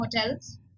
hotels